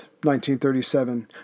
1937